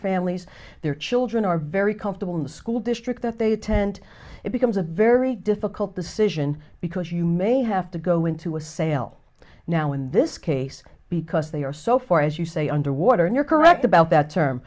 families their children are very comfortable in the school district that they attend it becomes a very difficult decision because you may have to go into a sale now in this case because they are so far as you say under water and you're correct about that term